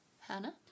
Hannah